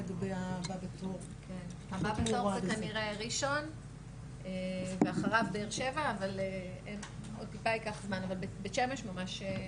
אחריו באר שבע, אבל בית שמש.